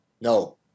No